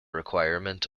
requirement